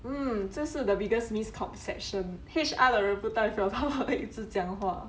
嗯这是 the biggest misconception H_R 的人不代表他们会一直讲话